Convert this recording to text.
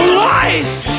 life